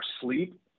sleep